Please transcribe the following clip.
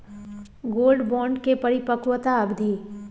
Gold bond के परिपक्वता अवधि?